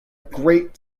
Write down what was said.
great